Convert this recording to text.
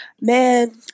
Man